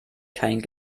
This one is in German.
keinen